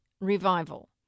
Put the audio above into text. revival